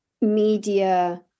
media